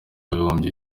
w’abibumbye